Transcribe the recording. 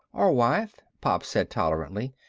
or wife, pop said tolerantly.